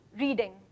reading